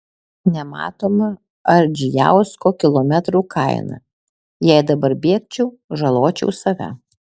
nematoma ardzijausko kilometrų kaina jei dabar bėgčiau žaločiau save